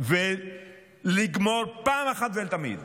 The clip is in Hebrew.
ולגמור אחת ולתמיד